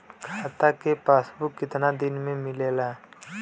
खाता के पासबुक कितना दिन में मिलेला?